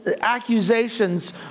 accusations